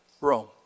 Rome